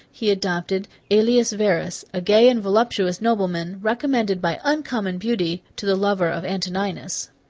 he adopted aelius verus a gay and voluptuous nobleman, recommended by uncommon beauty to the lover of antinous.